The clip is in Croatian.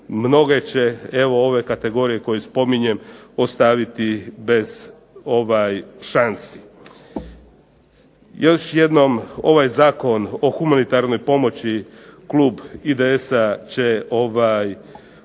mnoge će evo ove kategorije koje spominjem ostaviti bez šansi. Još jednom ovaj Zakon o humanitarnoj pomoći klub IDS-a će